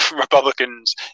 republicans